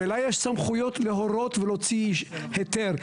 ולמה יש סמכויות להוציא היתר.